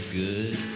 good